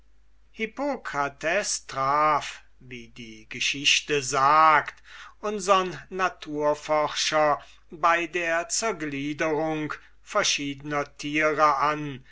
hippokrates traf wie die geschichte sagt unsern naturforscher bei der zergliederung verschiedener tiere an